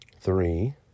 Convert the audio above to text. three